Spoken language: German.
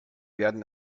werden